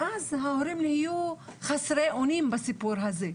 ואז ההורים יהיו חסרי אונים בסיפור הזה.